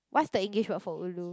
what's the English word for ulu